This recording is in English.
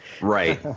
Right